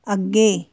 ਅੱਗੇ